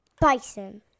Bison